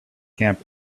camp